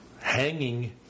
Hanging